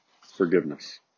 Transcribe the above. forgiveness